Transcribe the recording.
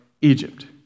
Egypt